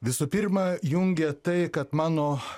visų pirma jungia tai kad mano